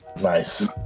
Nice